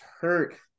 hurt